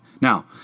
Now